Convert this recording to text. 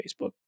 Facebook